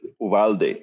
Uvalde